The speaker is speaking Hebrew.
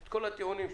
את כל הטיעונים שהעלית,